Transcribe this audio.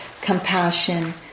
compassion